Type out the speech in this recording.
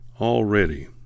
already